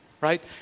Right